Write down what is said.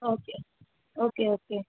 okay okay okay